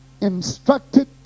instructed